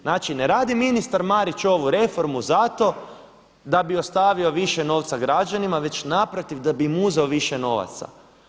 Znači, ne radi ministar Marić ovu reformu zato da bi ostavio više novca građanima, već naprotiv, da bi im uzeo više novaca.